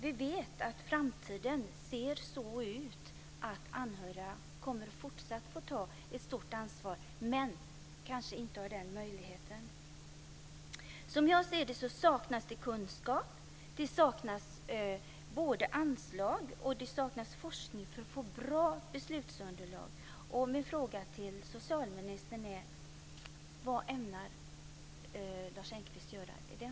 Vi vet att framtiden ser så ut att anhöriga även i fortsättningen kommer att få ta ett stort ansvar - men de kanske inte har möjligheten.